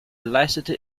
leistete